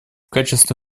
качестве